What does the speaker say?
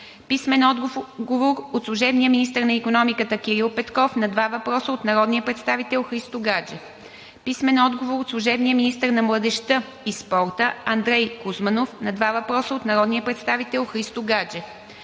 Христо Гаджев; - служебния министър на икономиката Кирил Петков на два въпроса от народния представител Христо Гаджев; - служебния министър на младежта и спорта Андрей Кузманов на два въпроса от народния представител Христо Гаджев;